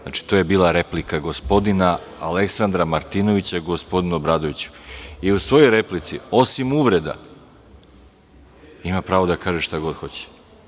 Znači, to je bila replika gospodina Aleksandra Martinovića gospodinu Obradoviću i u svojoj replici, osim uvreda, ima pravo da kaže šta god hoće.